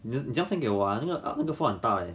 你 just send 给我 lah 因为那个 file 很大 leh